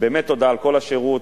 באמת תודה על כל השירות,